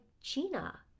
Gina